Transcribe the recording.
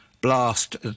blast